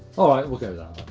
alright we'll go that